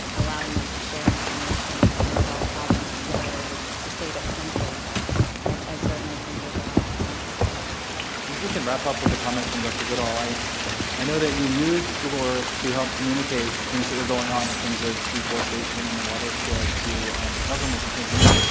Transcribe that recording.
allowing them to share information, and and solve problems together to to state it simply. but i certainly think there's a lot of potential there. john hanke and we can wrap up with a comment from dr. goodall. i i know that you used google earth to help communicate things that were going on in terms of deforestation in the watershed to the government to tanzania.